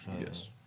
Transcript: Yes